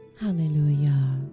Hallelujah